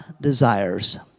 desires